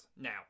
Now